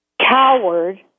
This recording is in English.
coward